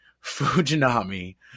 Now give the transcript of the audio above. Fujinami